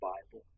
Bible